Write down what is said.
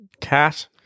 Cat